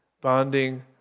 bonding